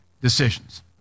decisions